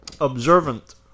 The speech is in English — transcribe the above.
observant